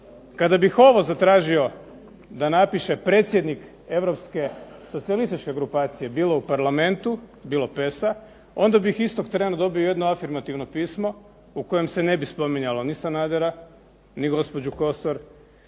Kada bih ovo zatražio da napiše predsjednik Europske socijalističke grupacije bilo u Parlamentu bilo … onda bih istog trena dobio jedno afirmativno pismo u kojem se ne bi spominjalo ni Sanadera, ni gospođu Kosor